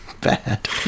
Bad